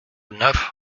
neuf